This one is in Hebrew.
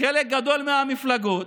חלק גדול מהמפלגות,